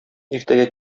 иртәгә